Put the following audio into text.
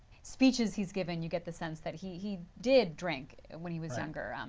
speeches he has given you get the sense that he he did drink when he was younger.